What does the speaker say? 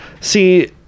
see